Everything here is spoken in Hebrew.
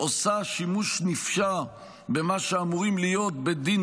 עושה שימוש נפשע במה שאמורים להיות בית דין